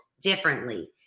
differently